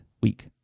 week